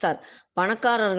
Panakar